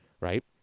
right